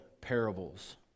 parables